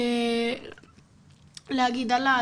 להגיד עליי,